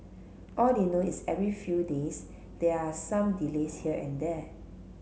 all they know is every few days there are some delays here and there